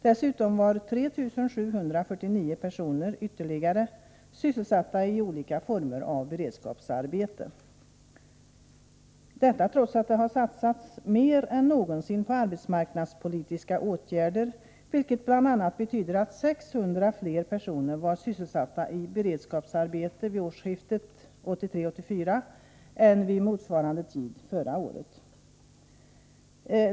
Dessutom var 3749 personer sysselsatta i olika former av beredskapsarbete, detta trots att det har satsats mer än någonsin på arbetsmarknadspolitiska åtgärder, vilket bl.a. betyder att 600 fler personer var sysselsatta i beredskapsarbete vid årsskiftet 1983-1984 än vid föregående årsskifte.